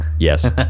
Yes